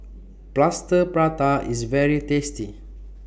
Plaster Prata IS very tasty